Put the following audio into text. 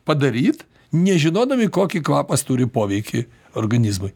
padaryt nežinodami kokį kvapas turi poveikį organizmui